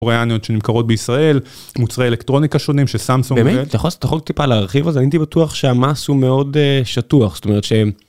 קוריאניות שנמכרות בישראל, מוצרי אלקטרוניקה שונים שסמסונג מייבאת. באמת? אתה יכול טיפה להרחיב על זה? אני הייתי בטח שהמס הוא מאוד שטוח, זאת אומרת שהם